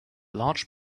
large